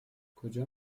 کجا